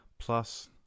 Plus